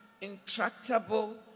intractable